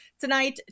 tonight